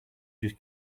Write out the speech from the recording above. just